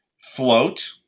Float